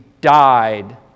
died